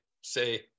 say